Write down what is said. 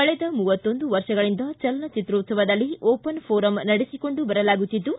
ಕಳೆದ ಮೂವತ್ತೊಂದು ವರ್ಷಗಳಿಂದ ಚಲನಚಿತ್ರೋತ್ಲವದಲ್ಲಿ ಓಪನ್ ಪೋರಂ ನಡೆಸಿಕೊಂಡು ಬರಲಾಗುತ್ತಿದ್ದು